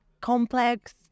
complex